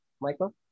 michael